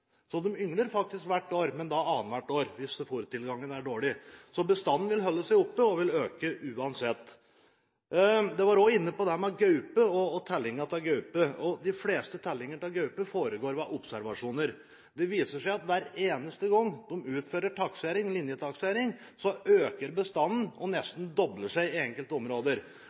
Så de yngler hvert år – men annet hvert år hvis fôrtilgangen er dårlig. Så bestanden vil holde seg oppe, og vil øke uansett. Noen var også inne på telling av gaupe. De fleste tellinger av gaupe foregår ved observasjoner. Det viser seg at hver eneste gang de utfører linjetaksering, øker bestanden og nesten dobler seg i enkelte områder.